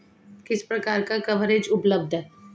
किस प्रकार का कवरेज उपलब्ध है?